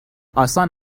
آسان